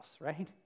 right